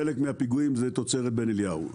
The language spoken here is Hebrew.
חלק מהפיגועים זה תוצרת בן אליהו,